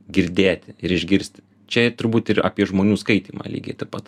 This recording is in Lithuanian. girdėti ir išgirsti čia ir turbūt ir apie žmonių skaitymą lygiai taip pat